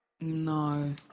No